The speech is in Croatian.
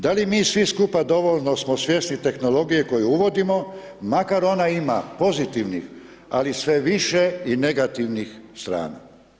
Da li mi svi skupa dovoljno smo svjesni tehnologije koju uvodimo, makar ona ima pozitivnih, ali sve više i negativnih strana.